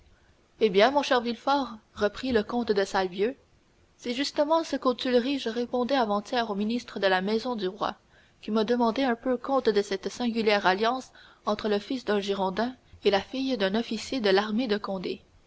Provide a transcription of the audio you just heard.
eh bien mon cher villefort reprit le comte de salvieux c'est justement ce qu'aux tuileries je répondais avant-hier au ministre de la maison du roi qui me demandait un peu compte de cette singulière alliance entre le fils d'un girondin et la fille d'un officier de l'armée de condé